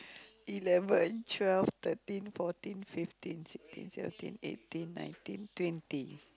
eleven twelve thirteen fourteen fifteen sixteen seventeen eighteen nineteen twenty